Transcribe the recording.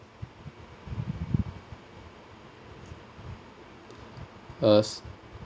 uh